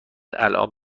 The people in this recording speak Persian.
الان